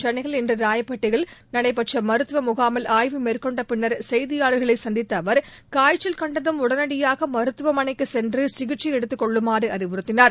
சென்னையில் இன்று ராயப்பேட்டையில் நடைபெற்ற மருத்துவ முகாமில் ஆய்வு மேற்கொண்டபின்னர் செய்தியாளர்களை சந்தித்த அவர் காய்ச்சல் கண்டதும் உடனடியாக மருத்துவமளைக்கு சென்று சிகிச்சை எடுத்துக் கொள்ளுமாறு அறிவுறுத்தினார்